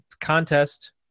contest